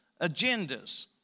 Agendas